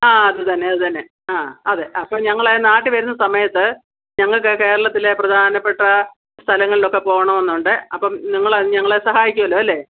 ആ അത് തന്നെ അത് തന്നെ ആ അതെ അ അപ്പം ഞങ്ങൾ നാട്ടിൽ വരുന്ന സമയത്ത് ഞങ്ങൾക്ക് കേരളത്തിലെ പ്രധാനപ്പെട്ട സ്ഥലങ്ങളിലൊക്കെ പോകണമെന്നുണ്ട് അപ്പം നിങ്ങൾ അതിന് ഞങ്ങളെ സഹായിക്കുമല്ലോ അല്ലേ